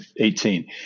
18